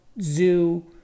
zoo